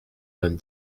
vingt